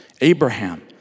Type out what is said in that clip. Abraham